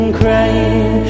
crying